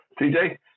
TJ